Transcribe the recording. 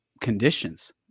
conditions